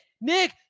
Nick